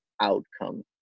outcome